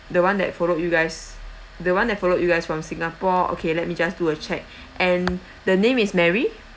the one that followed you guys the one they followed you guys from singapore okay let me just do a check and the name is mary